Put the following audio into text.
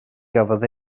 gafodd